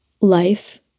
life